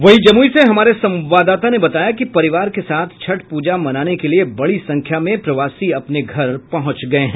वहीं जमुई से हमारे संवाददाता ने बताया कि परिवार के साथ छठ पूजा मनाने के लिए बड़ी संख्या में प्रवासी अपने घर पहुंच गये हैं